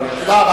תודה רבה.